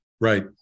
Right